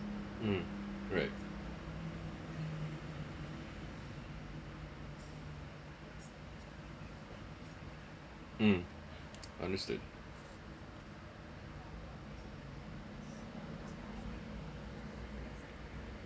mm correct read mm understood